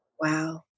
Wow